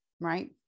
right